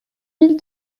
mille